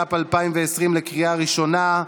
התש"ף 2020, לקריאה ראשונה.